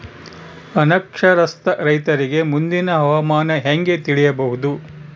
ಅನಕ್ಷರಸ್ಥ ರೈತರಿಗೆ ಮುಂದಿನ ಹವಾಮಾನ ಹೆಂಗೆ ತಿಳಿಯಬಹುದು?